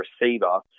receiver